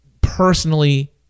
personally